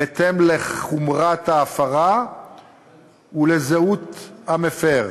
בהתאם לחומרת ההפרה ולזהות המפר,